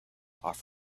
off